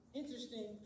interesting